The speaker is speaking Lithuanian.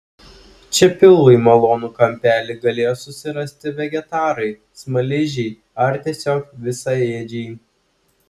čia pilvui malonų kampelį galėjo susirasti vegetarai smaližiai ar tiesiog visaėdžiai